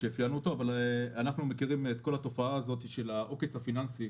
אנחנו מכירים את התופעה של העוקץ הפיננסי,